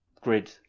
grid